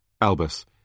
Albus